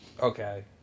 Okay